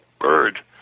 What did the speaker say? bird